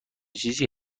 چیزی